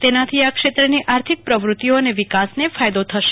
તેનાથી આ ક્ષેત્રની આર્થિક પ્રવૃત્તિઓ અને વિકાસને ફાયદો થશે